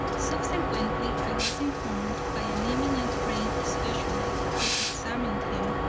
subsequently, i was informed by an eminent brain specialist, who examined him,